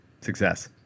Success